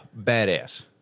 badass